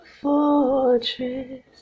fortress